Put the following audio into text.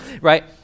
Right